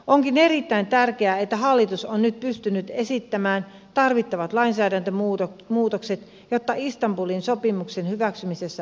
onkin erittäin tärkeää että hallitus on nyt pystynyt esittämään tarvittavat lainsäädäntömuutokset jotta istanbulin sopimuksen hyväksymisessä voidaan edetä